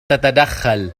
تتدخل